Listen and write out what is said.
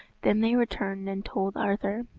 then they returned and told arthur,